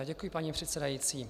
Děkuji, paní předsedající.